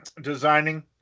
Designing